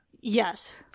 Yes